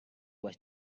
was